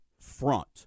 front